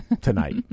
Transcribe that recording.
tonight